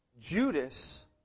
Judas